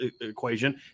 equation